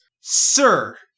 Sir